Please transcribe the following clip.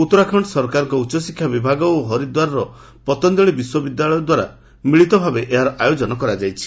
ଉତ୍ତରାଖଣ୍ଡ ସରକାରଙ୍କ ଉଚ୍ଚଶିକ୍ଷା ବିଭାଗ ଓ ହରିଦ୍ୱାରର ପତଞ୍ଜଳି ବିଶ୍ୱବିଦ୍ୟାଳୟ ଦ୍ୱାରା ମିଳିତ ଭାବେ ଏହାର ଆୟୋଜନ କରାଯାଇଛି